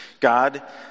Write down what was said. God